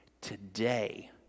today